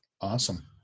awesome